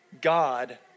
God